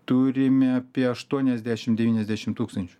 turime apie aštuoniasdešim devyniasdešim tūkstančių